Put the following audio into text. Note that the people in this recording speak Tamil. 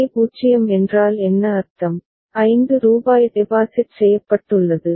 ஜே 0 என்றால் என்ன அர்த்தம் 5 ரூபாய் டெபாசிட் செய்யப்பட்டுள்ளது